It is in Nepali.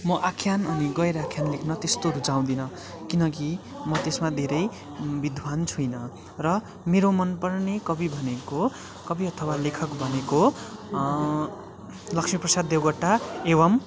म आख्यान अनि गैर आख्यान लेख्न त्यस्तो रुचाउँदिनँ किनकि म त्यसमा धेरै विद्वान छुइँन र मेरो मनपर्ने कवि भनेको कवि अथवा लेखक भनेको लक्ष्मीप्रसाद देवकोटा एवम्